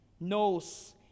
knows